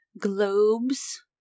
globes